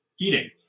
eating